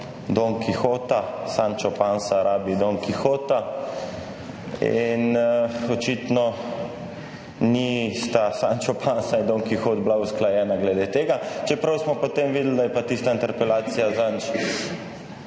Don Kihota. Sančo Pansa rabi Don Kihota in očitno Sančo Pansa in Don Kihot nista bila usklajena glede tega. Čeprav smo potem videli, da je pa tista interpelacija zadnjič